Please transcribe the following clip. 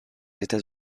etats